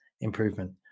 improvement